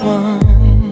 one